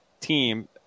team